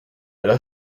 alla